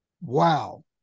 Wow